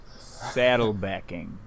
Saddlebacking